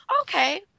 okay